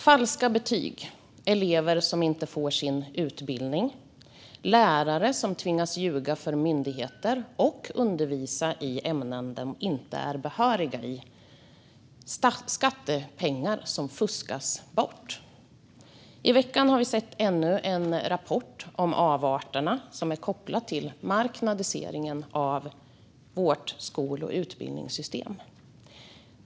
Falska betyg, elever som inte får sin utbildning, lärare som tvingas ljuga för myndigheter och undervisa i ämnen de inte är behöriga i, skattepengar som fuskas bort - i veckan har vi sett ännu en rapport om avarterna som är kopplade till marknadiseringen av vårt skol och utbildningssystem.